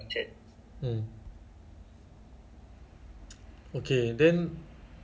I know how to like maybe like S_Q_L all these ah data and then maybe